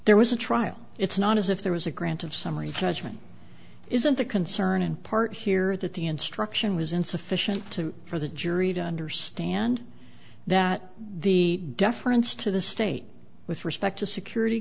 there was a trial it's not as if there was a grant of summary judgment isn't a concern in part here that the instruction was insufficient to for the jury to understand that the deference to the state with respect to security